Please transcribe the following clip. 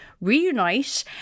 reunite